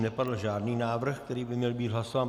Nepadl žádný návrh, který by měl být hlasován.